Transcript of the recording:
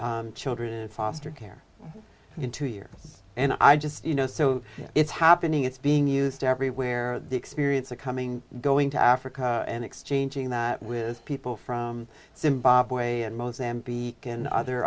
reduced children in foster care in two years and i just you know so it's happening it's being used everywhere the experience of coming going to africa and exchanging that with people from zimbabwe and mozambique and other